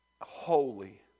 holy